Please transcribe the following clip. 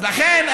לכן,